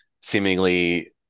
seemingly